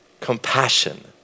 Compassion